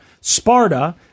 Sparta